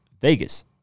Vegas